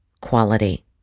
quality